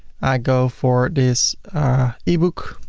i go for this ebook.